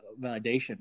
validation